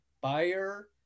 buyer